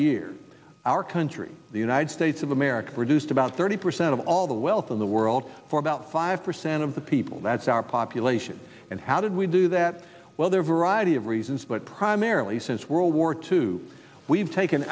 year our country the united states of america produced about thirty percent of all the wealth in the world for about five percent of the people that's our population and how did we do that well there variety of reasons but primarily since world war two we've taken